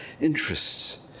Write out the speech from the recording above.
interests